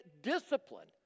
discipline